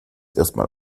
erstmal